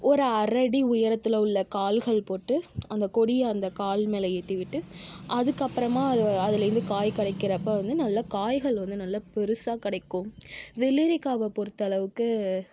ஒரு அரை அடி உயரத்தில் உள்ள கால்கள் போட்டு அந்த கொடியை அந்த கால் மேல் ஏற்றி விட்டு அதுக்கப்புறமா அது அதுலேருந்து காய் கிடைக்கிறப்ப வந்து நல்ல காய்கள் வந்து நல்ல பெரிசா கிடைக்கும் வெல்லேரிக்காவை பொருத்த அளவுக்கு